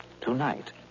tonight